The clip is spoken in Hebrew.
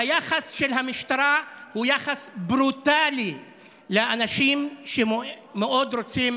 היחס של המשטרה הוא יחס ברוטלי לאנשים שמאוד רוצים